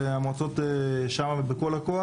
המועצות שם בכל המקום.